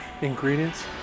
ingredients